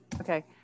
Okay